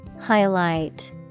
Highlight